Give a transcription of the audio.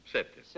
Sette